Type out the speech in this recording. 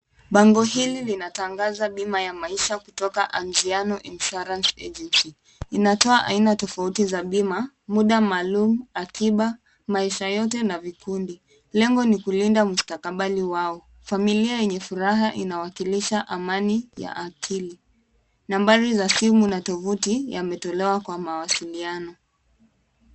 Bango hili linatangaza bima ya maisha kutoka Aziano insurance agency. Inatoa aina tofauti za bima. Mda maalum, akiba, maisha yote na vikundi. Lengo ni kulinda mstakabali wao, familia yenye furaha inawakilisha amani ya akili. Nambari za simu na tovuti yametolewa kwa mawasiliano.